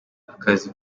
akazi